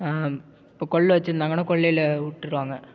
இப்போ கொல்லை வச்சுருந்தாங்கன்னா கொல்லையில் விட்ருவாங்க